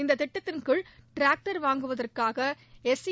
இந்த திட்டத்தின் கீழ் டிராக்டர் வாங்குவதற்காக எஸ் சி